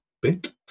bit